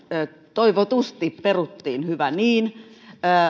toivotusti peruttiin hyvä niin